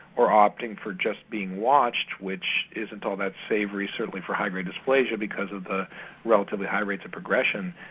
or opting for just being watched which isn't all that savoury certainly for high grade dysplasia because of the relatively high rates of progression,